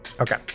Okay